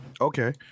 Okay